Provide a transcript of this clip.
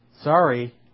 Sorry